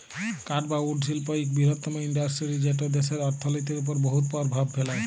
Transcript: কাঠ বা উড শিল্প ইক বিরহত্তম ইল্ডাসটিরি যেট দ্যাশের অথ্থলিতির উপর বহুত পরভাব ফেলে